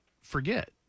forget